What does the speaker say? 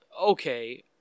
okay